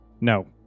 No